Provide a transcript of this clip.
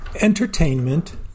Entertainment